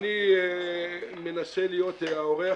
אני מנסה להיות האורח